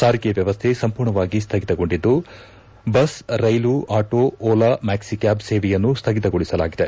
ಸಾರಿಗೆ ವ್ಯವಸ್ಥೆ ಸಂಪೂರ್ಣವಾಗಿ ಸ್ಲಗಿತಗೊಂಡಿದ್ಲು ಬಸ್ ರೈಲು ಆಟೋ ಒಲಾ ಮಾಕ್ಸಿಕ್ಯಾಬ್ ಸೇವೆಯನ್ನು ಸ್ದಗಿತಗೊಳಿಸಲಾಗಿದೆ